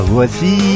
Voici